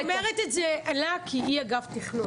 אני אומרת את זה לנסיה כי היא אגף תכנון.